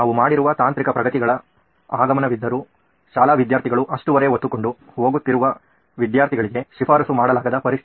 ನಾವು ಮಾಡಿರುವ ತಾಂತ್ರಿಕ ಪ್ರಗತಿಗಳ ಆಗಮನವಿದ್ದರು ಶಾಲಾ ವಿದ್ಯಾರ್ಥಿಗಳು ಅಷ್ಟು ಹೊರೆ ಹೊತ್ತುಕೊಂಡು ಹೋಗುತ್ತಿರುವ ವಿದ್ಯಾರ್ಥಿಗಳಿಗೆ ಶಿಫಾರಸು ಮಾಡಲಾಗದ ಪರಿಸ್ಥಿತಿ